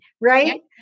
right